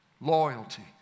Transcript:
loyalty